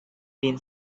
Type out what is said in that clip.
been